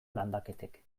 landaketek